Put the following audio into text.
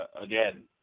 again